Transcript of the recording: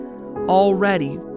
already